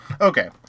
okay